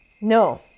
No